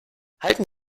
halten